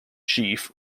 chief